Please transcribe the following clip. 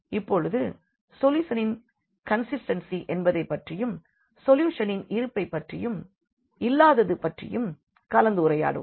இப்பொழுது சொல்யூஷனின் கன்சிஸ்டென்சி என்பதைப் பற்றியும் சொல்யூஷனின் இருப்பை பற்றியும் இல்லாதது பற்றியும் கலந்துரையாடுவோம்